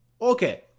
Okay